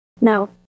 No